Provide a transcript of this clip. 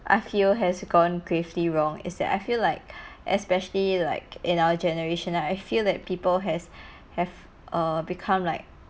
I feel has gone gravely wrong is that I feel like especially like in our generation I feel that people has have err become like